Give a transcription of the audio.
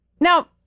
Now